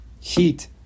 heat